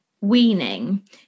weaning